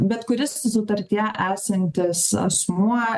bet kuris sutartyje esantis asmuo